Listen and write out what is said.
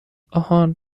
آهان